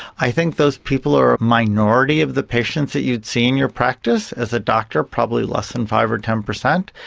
i think those people are a minority of the patients that you'd see in your practice as a doctor, probably less than five percent or ten percent,